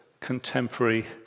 contemporary